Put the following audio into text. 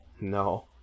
no